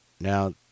now